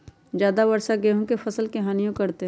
ज्यादा वर्षा गेंहू के फसल के हानियों करतै?